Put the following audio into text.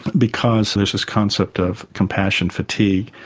because there's this concept of compassion fatigue,